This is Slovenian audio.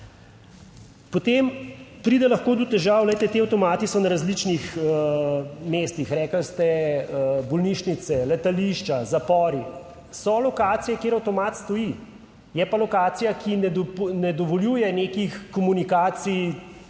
Potem, pride lahko do težav. Glejte, ti avtomati so na različnih mestih. Rekli ste, bolnišnice, letališča, zapori so lokacije, kje avtomat stoji. Je pa lokacija, ki ne dovoljuje nekih komunikacij,